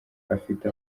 afite